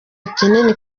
kinini